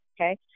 okay